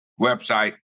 website